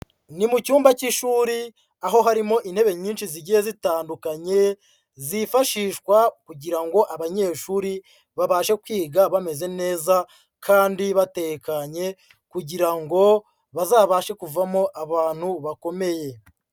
Ni mu cyumba cy'ishuri aho harimo intebe nyinshi zigiye zitandukanye, zifashishwa kugira ngo abanyeshuri babashe kwiga bameze neza kandi batekanye kugira ngo bazabashe kuvamo abantu bakomeye.